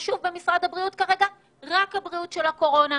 מה שחשוב במשרד הבריאות כרגע זה רק הבריאות של הקורונה.